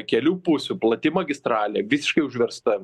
kelių pusių plati magistralė visiškai užversta